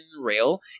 rail